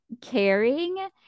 caring